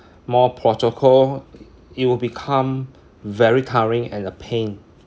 more protocol it will become very tiring and the pain